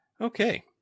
Okay